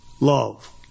love